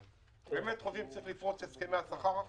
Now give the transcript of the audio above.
באמת חושב שצריך לפרוץ את הסכמי השכר?